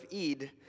Eid